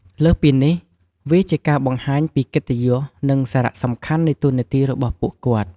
លើសពីនេះ វាជាការបង្ហាញពីកិត្តិយស និងសារៈសំខាន់នៃតួនាទីរបស់ពួកគាត់។